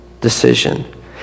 decision